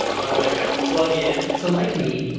oh and then we've got a plugin. so like me,